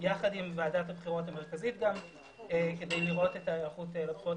יחד עם ועדת הבחירות המרכזית כדי לראות את ההיערכות לבחירות